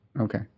Okay